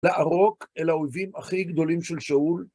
לערוק אל האויבים הכי גדולים של שאול.